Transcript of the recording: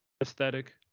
aesthetic